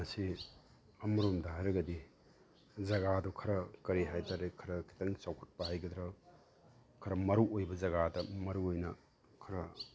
ꯃꯁꯤ ꯑꯃꯔꯣꯝꯗ ꯍꯥꯏꯔꯒꯗꯤ ꯖꯒꯥꯗꯣ ꯈꯔ ꯀꯔꯤ ꯍꯥꯏꯇꯥꯔꯦ ꯈꯤꯇꯪ ꯆꯥꯎꯈꯠꯄ ꯍꯥꯏꯒꯗ꯭ꯔꯥ ꯈꯔ ꯃꯔꯨ ꯑꯣꯏꯕ ꯖꯒꯥꯗ ꯃꯔꯨ ꯑꯣꯏꯅ ꯈꯔ